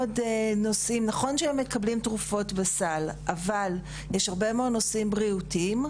נכון שהם מקבלים תרופות בסל אבל יש הרבה מאוד נושאים בריאותיים,